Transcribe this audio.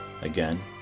Again